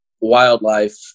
wildlife